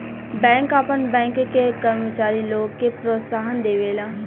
bank आपन bank के कर्मचारी लोग के प्रोत्साहन देवेला